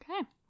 okay